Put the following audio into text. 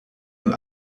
und